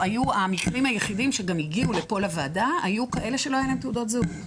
המקרים היחידים שגם הגיעו לפה לוועדה היו כאלה שלא היה להם תעודות זהות.